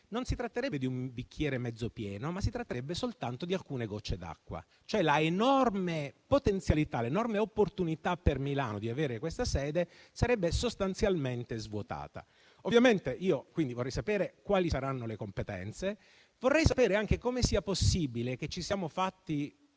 si tratterebbe non di un bicchiere mezzo pieno, ma soltanto di alcune gocce d'acqua. L'enorme potenzialità e l'enorme opportunità per Milano di avere questa sede sarebbero dunque sostanzialmente svuotate. Ovviamente, quindi, vorrei sapere quali saranno le competenze. Vorrei sapere anche come sia possibile che ci siamo fatti